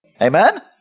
Amen